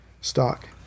stock